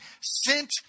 sent